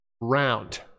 round